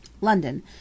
London